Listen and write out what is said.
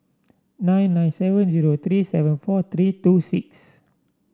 nine nine seven zero three seven four three two six